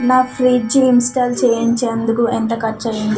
నా fridge install చేయించే అందుకు ఎంత ఖర్చయ్యింది